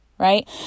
Right